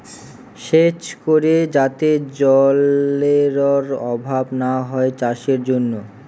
সেচ করে যাতে জলেরর অভাব না হয় চাষের জন্য